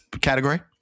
category